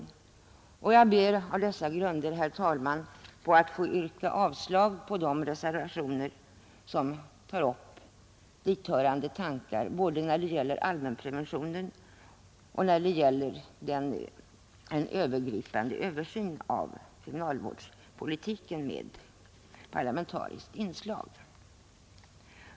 Jag ber på dessa grunder, herr talman, att få yrka avslag på de reservationer som tar upp hithörande tankar både när det gäller allmänpreventionen och när det gäller en övergripande översyn av kriminalvårdspolitiken med parlamentariskt inslag.